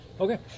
Okay